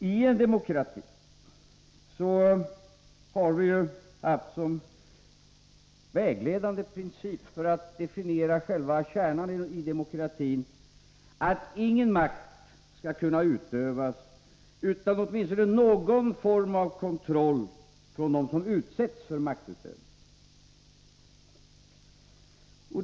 I en demokrati har vi ju som vägledande princip — för att definiera själva kärnan i demokratin — att ingen makt skall kunna utövas utan åtminstone någon form av kontroll från dem som utsätts för maktutövningen.